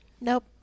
Nope